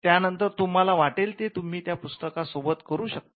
त्यानंतर तुम्हाला वाटेल ते तुम्ही त्या पुस्तकासोबत करू शकता